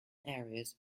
areas